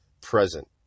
present